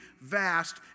vast